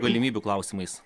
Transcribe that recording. galimybių klausimais